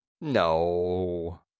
no